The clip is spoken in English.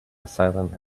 asylum